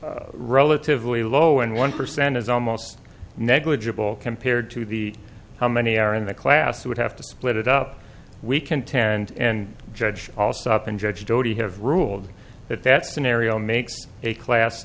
it's relatively low and one percent is almost negligible compared to the how many are in the class would have to split it up we contend and judge all suppan judge doty have ruled that that scenario makes a class